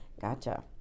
gotcha